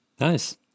Nice